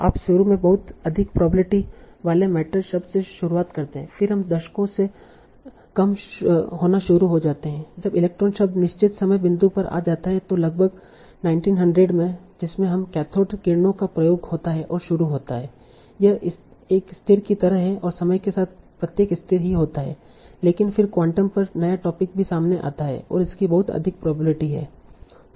आप शुरू में बहुत अधिक प्रोबेबिलिटी वाले मेटर शब्द से शुरुआत करते हैं फिर हम दशकों से कम होना शुरू हो जाते हैं जब इलेक्ट्रॉन शब्द निश्चित समय बिंदु पर आ जाता है तों लगभग 1900 में जिसमें इस कैथोड किरणों का प्रयोग होता है और शुरू होता है यह एक स्थिर की तरह है समय के साथ प्रत्येक स्थिर ही होता है लेकिन फिर क्वांटम पर नया टोपिक भी सामने आता है और इसकी बहुत अधिक प्रोबेबिलिटी है